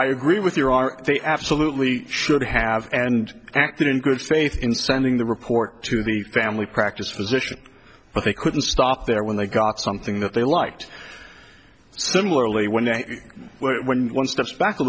i agree with your are they absolutely should have and acted in good faith in sending the report to the family practice physician but they couldn't stop there when they got something that they liked similarly when they when one steps back a